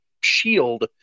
shield